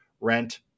rent